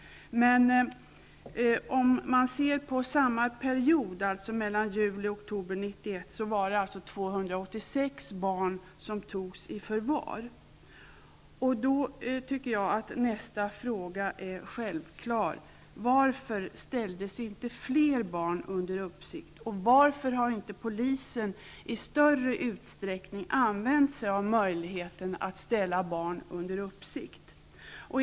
Men om man ser på samma period, dvs. juli-- Jag tycker därför att nästa fråga är självklar. Varför ställdes inte fler barn under uppsikt, och varför har polisen inte i större utsträckning använt sig av möjligheten att ställa barn under uppsikt?